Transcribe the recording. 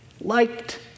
liked